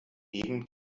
eben